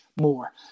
more